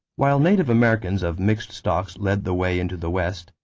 while native americans of mixed stocks led the way into the west,